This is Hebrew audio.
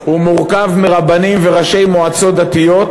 מורכב מרבנים וראשי מועצות דתיות,